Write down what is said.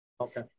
Okay